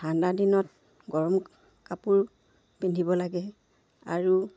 ঠাণ্ডা দিনত গৰম কাপোৰ পিন্ধিব লাগে আৰু